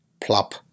plop